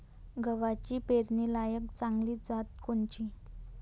गव्हाची पेरनीलायक चांगली जात कोनची?